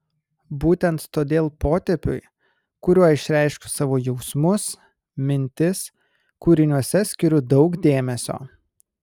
būtent todėl potėpiui kuriuo išreiškiu savo jausmus mintis kūriniuose skiriu daug dėmesio